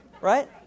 right